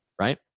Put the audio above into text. right